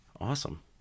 Awesome